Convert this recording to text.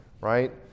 Right